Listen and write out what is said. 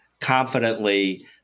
confidently